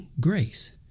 grace